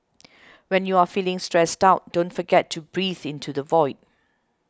when you are feeling stressed out don't forget to breathe into the void